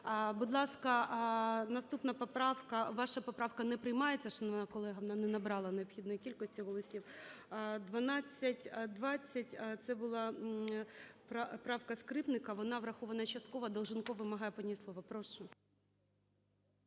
Будь ласка, наступна поправка... Ваша поправка не приймається, шановна колего, вона не набрала необхідної кількості голосів. 1220 – це була правка Скрипника. Вона врахована частково. Долженков вимагає по ній слово. Прошу.